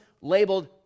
labeled